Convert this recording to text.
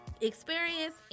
experience